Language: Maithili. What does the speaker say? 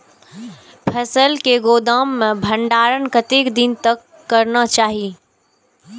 फसल के गोदाम में भंडारण कतेक दिन तक करना चाही?